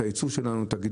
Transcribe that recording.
את הייצור שלנו,